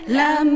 la